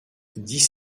dix